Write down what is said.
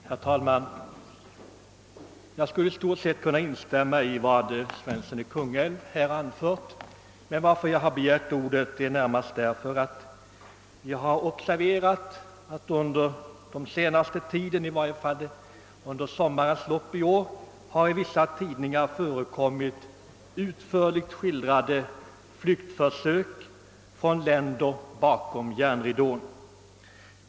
Herr talman! Jag skulle i stort sett kunna instämma i vad herr Svensson i Kungälv här anfört. Anledningen till att jag begärt ordet är närmast att jag har observerat att under den senaste tiden, i varje fall under sommarens lopp i år, har i vissa tidningar förekommit utförligt skildrade flyktförsök från länder bakom järnridån.